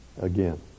again